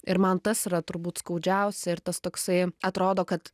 ir man tas yra turbūt skaudžiausia ir tas toksai atrodo kad